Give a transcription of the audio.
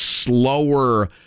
slower